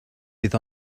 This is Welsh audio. bydd